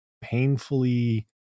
painfully